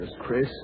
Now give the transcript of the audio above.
Chris